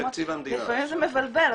לפעמים זה מבלבל,